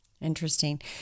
Interesting